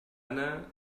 anna